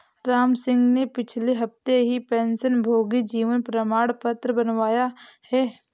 रामसिंह ने पिछले हफ्ते ही पेंशनभोगी जीवन प्रमाण पत्र बनवाया है